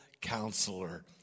counselor